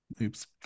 Oops